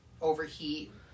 overheat